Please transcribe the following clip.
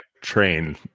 train